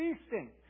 feasting